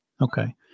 Okay